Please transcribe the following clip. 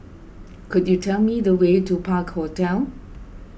could you tell me the way to Park Hotel